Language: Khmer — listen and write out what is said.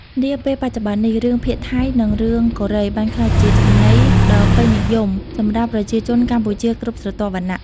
នាពេលបច្ចុប្បន្ននេះ រឿងភាគថៃ និងរឿងកូរ៉េបានក្លាយជាចំណីចក្ខុដ៏ពេញនិយមសម្រាប់ប្រជាជនកម្ពុជាគ្រប់ស្រទាប់វណ្ណៈ។